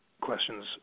questions